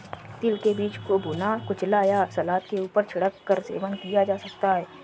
तिल के बीज को भुना, कुचला या सलाद के ऊपर छिड़क कर सेवन किया जा सकता है